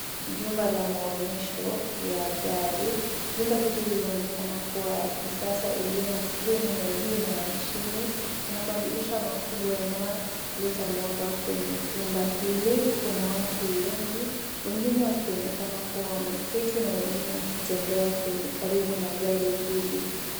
Jumba la maonyesho ya gari. Jumba hili linaonekana kuwa ya kisasa, iliyo na sehemu ya juu na ya chini. Kuna madirisha makubwa yanayoleta mwanga kwenye jumba hili. Kuna watu wengi, wengine wakionekana kuwa wameketi na wengine wakitembea karibu na gari hizi.